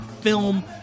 film